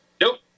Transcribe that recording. Nope